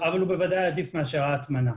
אבל הוא בוודאי עדיף מאשר ההטמנה.